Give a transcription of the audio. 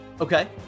Okay